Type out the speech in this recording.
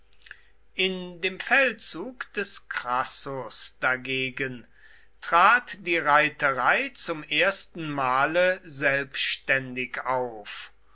in dem feldzug des crassus dagegen trat die reiterei zum ersten male selbständig auf